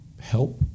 help